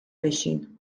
بشین